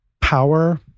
power